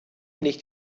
nicht